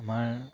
আমাৰ